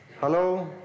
Hello